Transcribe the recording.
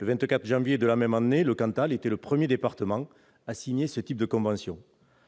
Le 24 janvier de cette même année, le Cantal était le premier département à signer ce type de convention.